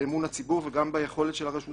באמון הציבור וגם ביכולת של הרשות